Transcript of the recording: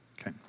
okay